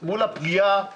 מול הפגיעה בפרטיות.